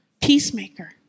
Peacemaker